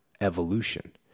evolution